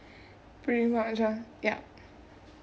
pretty much lah ya